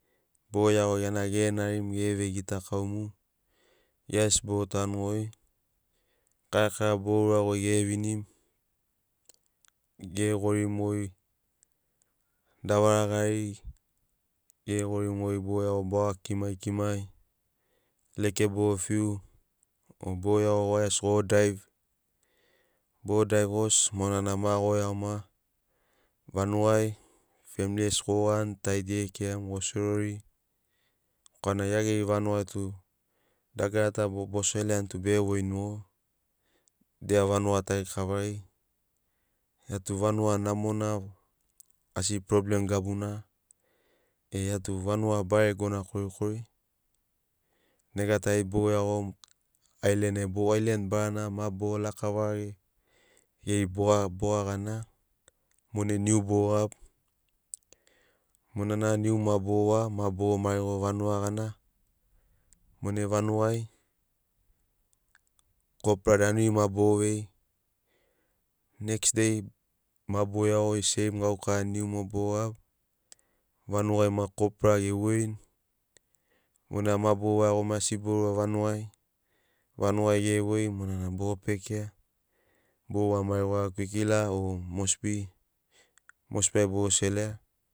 Boro iago gia na ge narimu gere vei gitakaumu gia gesi boro tanu goi karakara boro ura goi gere vinimu gere gorimu goi davara gari gere gorimu goi boro iago boro kimai kimai leke boro fiu o boro iago gia gesi gor daiv boro daiv gosi monana ma goro iagoma vanuga femili gesi goro gani tari tug ere kiramu go serori korana gia geri vanugai tu dagara ta bo seroani tu bege voini mogo dia vanuga tari kavari. Gia tu vanuga namona asi problem gabuna e gia tu vanuga baregona korikori nega tari bogo iagoni alien aim o alien barana ma boro laka varage geri boga gana monai niu boro gabi monana niu ma boro wa ma boro marigo vanuga gana monai vanugai kopra danuri ma boro vei next dei bro iago seim gaukara niu ma boro gabi vanugai maki kopra ge voini monana ma boro ura vanugai vanugai gere voi bena boro pekia boro wa marigoa kwikila o mosbi ai boro seroa.